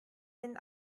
den